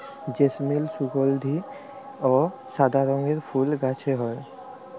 জেসমিল সুগলধি অ সাদা রঙের ফুল গাহাছে হয়